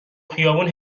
خیابون